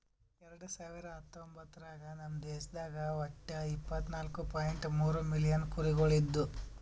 ಎರಡು ಸಾವಿರ ಹತ್ತೊಂಬತ್ತರಾಗ ನಮ್ ದೇಶದಾಗ್ ಒಟ್ಟ ಇಪ್ಪತ್ನಾಲು ಪಾಯಿಂಟ್ ಮೂರ್ ಮಿಲಿಯನ್ ಕುರಿಗೊಳ್ ಇದ್ದು